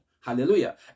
Hallelujah